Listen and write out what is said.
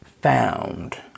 found